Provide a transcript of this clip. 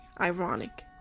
ironic